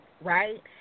Right